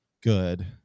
good